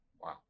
Wow